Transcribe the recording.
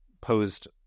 posed